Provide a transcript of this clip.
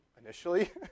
initially